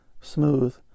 smooth